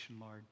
Lord